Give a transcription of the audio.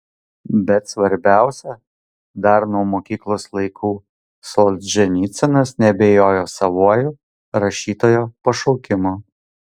bet svarbiausia dar nuo mokyklos laikų solženicynas neabejojo savuoju rašytojo pašaukimu